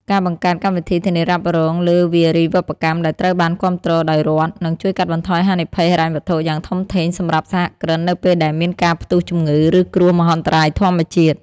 ការបង្កើតកម្មវិធីធានារ៉ាប់រងលើវារីវប្បកម្មដែលត្រូវបានគាំទ្រដោយរដ្ឋ នឹងជួយកាត់បន្ថយហានិភ័យហិរញ្ញវត្ថុយ៉ាងធំធេងសម្រាប់សហគ្រិននៅពេលដែលមានការផ្ទុះជំងឺ ឬគ្រោះមហន្តរាយធម្មជាតិ។